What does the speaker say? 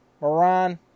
Moran